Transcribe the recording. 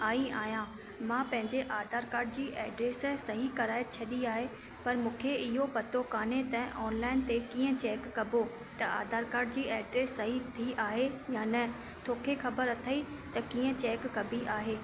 आई आहियां मां पंहिंजे आधार कार्ड जी एड्रेस सही कराए छॾी आहे पर मूंखे इहो पतो कान्हे त ऑनलाइन त कीअं चेक कबो त आधार कार्ड जी एड्रेस सही थी आहे या न तोखे ख़बरु अथई त कीअं चेक कबी आहे